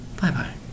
Bye-bye